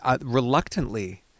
reluctantly